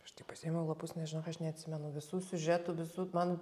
aš tai pasiėmiau lapus nes žinok aš neatsimenu visų siužetų visų man